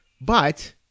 But-